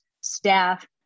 staff